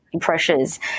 pressures